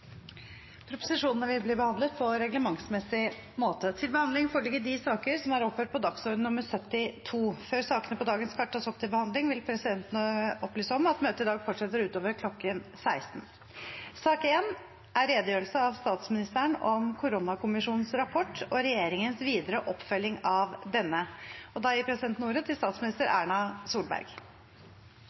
Presidenten vil foreslå Svein Harberg. – Andre forslag foreligger ikke, og Svein Harberg anses enstemmig valgt som settepresident for denne ukens møter. Før sakene på dagens kart tas opp til behandling, vil presidenten opplyse om at møtet i dag fortsetter utover kl. 16. Da gir presidenten ordet til statsminister Erna Solberg.